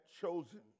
chosen